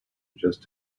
just